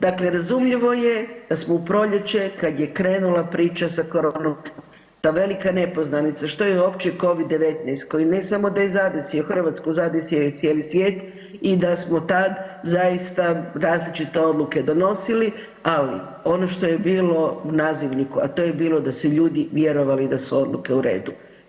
Dakle, razumljivo je da smo u proljeće kad je krenula priča sa koronom, ta velika nepoznanica što je uopće Covid-19 koji ne samo da je zadesio Hrvatsku, zadesio je i cijeli svijet i da smo tad zaista različite odluke donosili, ali ono što je bilo u nazivniku, a to je bilo da su ljudi vjerovali da su odluke u redu.